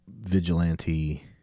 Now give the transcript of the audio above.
vigilante